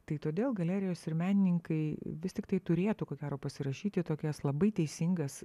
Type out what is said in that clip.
tai todėl galerijos ir menininkai vis tiktai turėtų ko gero pasirašyti tokias labai teisingas